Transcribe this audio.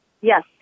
yes